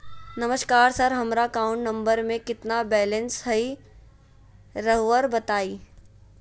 नमस्कार सर हमरा account number में कितना बैलेंस हेई राहुर बताई?